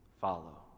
follow